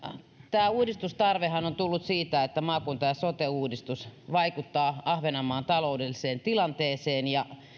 tämä uudistustarvehan on tullut siitä että maakunta ja sote uudistus vaikuttaa ahvenanmaan taloudelliseen tilanteeseen